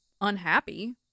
unhappy